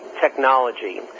technology